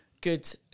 good